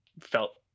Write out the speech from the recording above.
felt